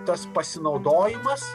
tas pasinaudojimas